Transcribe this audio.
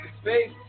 space